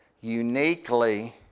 uniquely